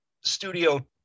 studio